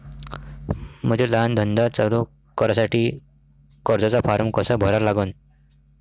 मले लहान धंदा चालू करासाठी कर्जाचा फारम कसा भरा लागन?